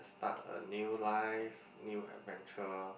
start a new life new adventure